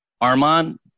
Armand